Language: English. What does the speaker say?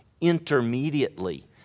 intermediately